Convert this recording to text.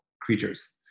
creatures